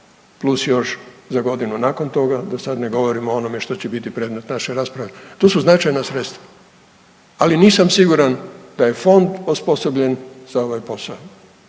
plus još za godinu nakon toga da sad ne govorim o onome što će biti predmet naše rasprave. To su značajna sredstva, ali nisam siguran da je fond osposobljen za ovaj posao